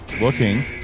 Looking